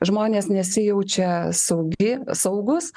žmonės nesijaučia saugi saugūs